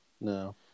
No